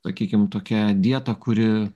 sakykim tokia dieta kuri